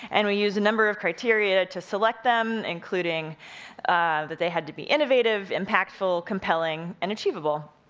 and we used a number of criteria to select them, including that they had to be innovative, impactful, compelling, and achievable.